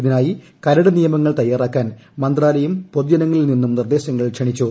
ഇതിനായി കരട് നിയമങ്ങൾ ത്യാറാക്കാൻ മന്ത്രാലയം പൊതു ജനങ്ങളിൽ നിന്നൂർ നിർദ്ദേശങ്ങൾ ക്ഷണിച്ചു